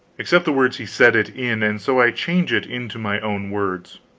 except the words he said it in and so i change it into my own words